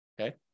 Okay